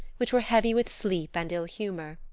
which were heavy with sleep and ill humor.